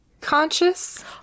conscious